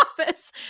office